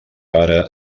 ara